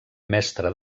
mestre